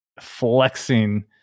flexing